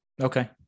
Okay